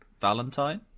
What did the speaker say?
Valentine